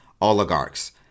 oligarchs